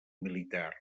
militar